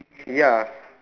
ya